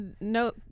no